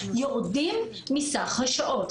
יורדים מסך השעות.